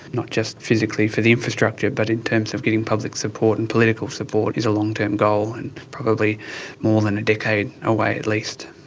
not just physically for the infrastructure but in terms of getting public support and political support, is a long-term goal and probably more than a decade away at least.